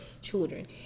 children